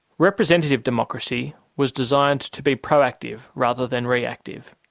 representative democracy was designed to be proactive rather than reactive.